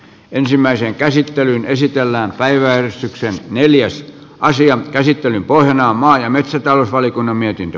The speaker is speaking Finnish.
ensimmäiseen käsittelyyn esitellään päiväjärjestykseen neljässä asian käsittelyn pohjana on maa ja metsätalousvaliokunnan mietintö